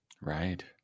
Right